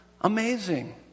amazing